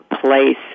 place